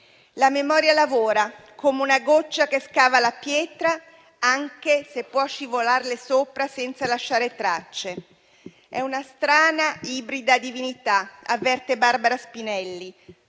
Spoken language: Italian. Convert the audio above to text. La memoria lavora, come una goccia che scava la pietra, anche se può scivolarle sopra senza lasciare tracce. È una strana, ibrida divinità, avverte Barbara Spinelli,